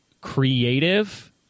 creative